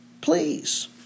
please